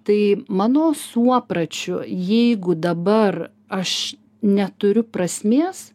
tai mano suopračiu jeigu dabar aš neturiu prasmės